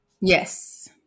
Yes